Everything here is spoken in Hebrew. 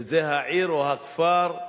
וזה העיר, הכפר,